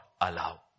allow